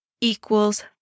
equals